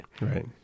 Right